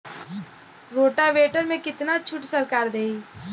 Rotavator में कितना छूट सरकार देही?